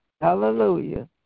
Hallelujah